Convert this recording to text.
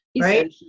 right